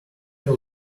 will